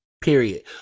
period